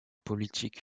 politique